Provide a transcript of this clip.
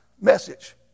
message